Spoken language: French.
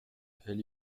elle